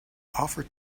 offer